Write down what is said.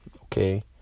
Okay